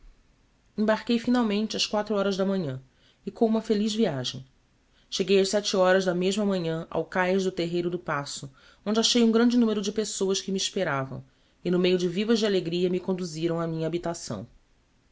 embarquei finalmente ás quatro horas da manhã e com uma feliz viagem cheguei ás horas da mesma manhã ao caes do terreiro do paço onde achei um grande numero de pessoas que me esperavam e no meio de vivas de alegria me conduziram á minha habitação